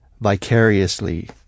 vicariously